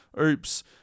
oops